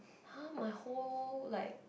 !huh! my whole like